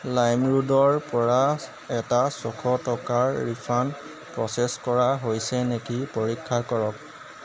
লাইমৰোডৰ পৰা এটা ছশ টকাৰ ৰিফাণ্ড প্ৰ'চেছ কৰা হৈছে নেকি পৰীক্ষা কৰক